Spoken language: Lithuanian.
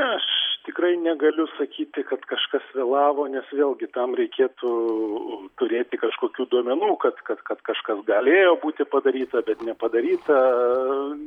ne aš tikrai negaliu sakyti kad kažkas vėlavo nes vėlgi tam reikėtų turėti kažkokių duomenų kad kad kad kažkas galėjo būti padaryta bet nepadaryta